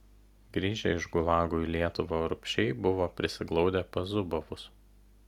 grįžę iš gulagų į lietuvą urbšiai buvo prisiglaudę pas zubovus